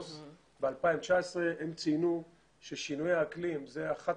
ב-2019 הם ציינו ששינוי האקלים הוא אחת